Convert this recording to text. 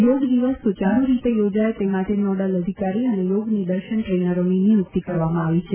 યોગ દિવસ સુચારૂ રીતે યોજાય તે માટે નોડલ અધિકારી અને યોગ નિદર્શન દ્રેનરોની નિયુક્તિ કરવામાં આવી છે